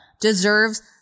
deserves